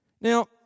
Now